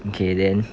okay then